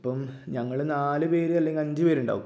അപ്പം ഞങ്ങൾ നാല് പേർ അല്ലെങ്കിൽ അഞ്ച് പേരുണ്ടാകും